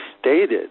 stated